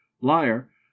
liar